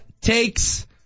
takes